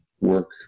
work